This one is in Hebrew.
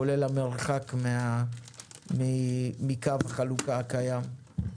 כולל המרחק מקו החלוקה הקיים.